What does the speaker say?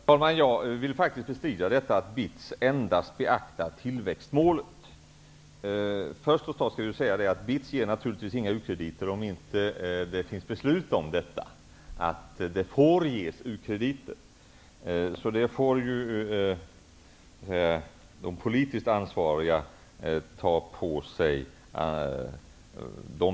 Herr talman! Jag vill faktiskt bestrida att BITS endast beaktar tillväxtmålet. Först skall jag säga att BITS naturligtvis inte ger några u-krediter om det inte finns beslut om att sådana får ges. De besluten får ju de politiskt ansvariga ta på sig.